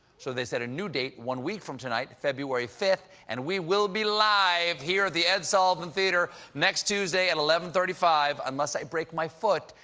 so they've set a new date, one week from tonight, february five. and we will be live here at the ed sullivan theater next tuesday at eleven thirty five. unless i break my foot,